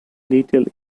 little